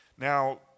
Now